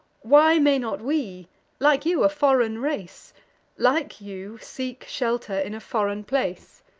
why may not we like you, a foreign race like you, seek shelter in a foreign place?